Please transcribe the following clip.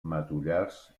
matollars